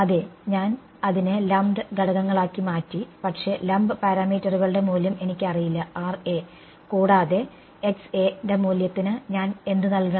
അതെ ഞാൻ അതിനെ ലംപ്ഡ് ഘടകങ്ങളാക്കി മാറ്റി പക്ഷേ ലംപ് പാരാമീറ്ററുകളുടെ മൂല്യം എനിക്കറിയില്ല കൂടാതെ ന്റെ മൂല്യത്തിന് ഞാൻ എന്ത് നൽകണം